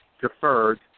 deferred